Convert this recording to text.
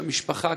שהמשפחה,